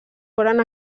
foren